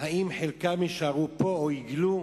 אם חלקם יישארו פה או יוגלו,